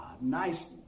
nice